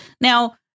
Now